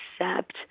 accept